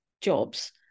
jobs